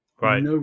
Right